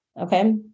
okay